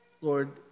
Lord